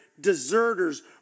deserters